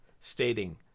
stating